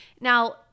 Now